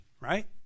right